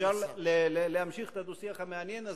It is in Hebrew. אפשר להמשיך את הדו-שיח המעניין הזה,